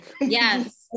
Yes